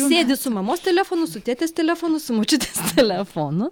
sėdi su mamos telefonu su tėtės telefonu su močiutės telefonu